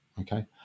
Okay